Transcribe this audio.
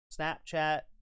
Snapchat